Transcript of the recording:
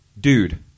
dude